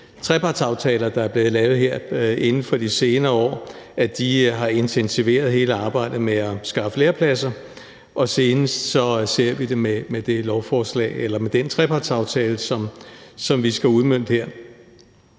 trepartsaftaler, der er blevet lavet her inden for de senere år, har intensiveret hele arbejdet med at skaffe lærepladser, og senest ser vi det med den trepartsaftale, som vi skal udmønte her.